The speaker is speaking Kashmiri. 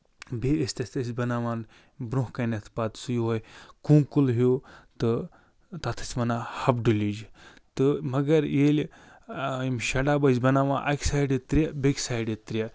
بیٚیہِ ٲسۍ تَتھ أسۍ بَناوان برٛونٛہہ کَنٮ۪تھ پتہٕ سُہ یِہوٚے کونٛکُل ہیوٗ تہٕ تَتھ ٲسۍ وَنان ہَبہٕ ڈُلِج تہٕ مگر ییٚلہِ یِم شےٚ ڈَبہٕ ٲسۍ بَناوان اَکہِ سایڈٕ ترٛےٚ بیٚکہِ سایڈٕ ترٛےٚ